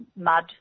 mud